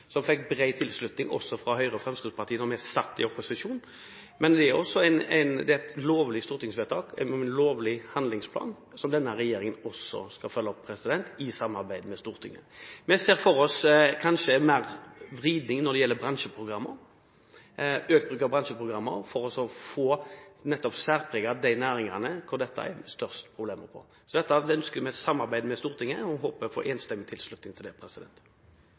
fikk bred tilslutning, også fra Høyre og Fremskrittspartiet da vi satt i opposisjon, og som Stortinget nettopp har vedtatt. Det bør representanten Trettebergstuen vite. Det er et lovlig fattet stortingsvedtak, denne handlingsplanen, som denne regjeringen også skal følge opp i samarbeid med Stortinget. Vi ser for oss en vridning når det gjelder bransjeprogrammer, med økt bruk av bransjeprogrammer for å få særpreget de næringene hvor det er størst problemer. Dette ønsker vi et samarbeid med Stortinget om, og håper å få enstemmig tilslutning til det.